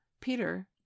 Peter